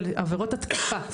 של עבירות התקיפה,